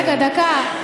רגע, דקה.